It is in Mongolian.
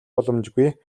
боломжгүй